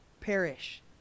perish